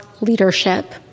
leadership